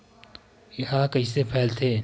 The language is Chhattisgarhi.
ह कइसे फैलथे?